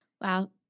Wow